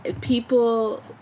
people